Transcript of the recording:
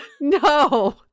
No